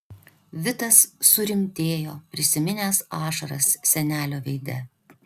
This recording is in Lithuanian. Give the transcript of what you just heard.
vitas surimtėjo prisiminęs ašaras senelio veide